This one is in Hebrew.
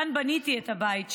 כאן בניתי את הבית שלי.